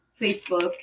Facebook